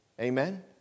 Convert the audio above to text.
Amen